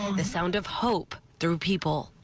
the sounds of hope through people.